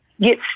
get